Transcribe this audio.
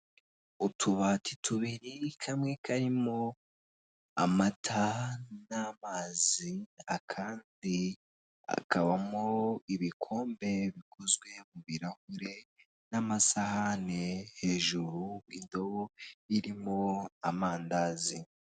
Utubati tubiri kamwe karimo amata n'amazi akandi hakabamo ibikombe bikozwe mu birarahure n'amasahani, hejuru idobo birimo amandazi.